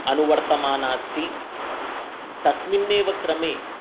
अनुवर्तमाना अस्ति तस्मिन्नेव क्रमे